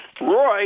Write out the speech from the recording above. Roy